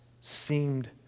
seemed